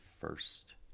first